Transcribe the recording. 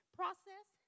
process